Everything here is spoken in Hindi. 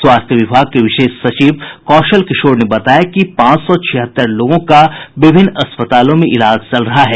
स्वास्थ्य विभाग के विशेष सचिव कौशल किशोर ने बताया कि पांच सौ छिहत्तर लोगों का विभिन्न अस्पतालों में इलाज चल रहा है